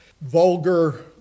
vulgar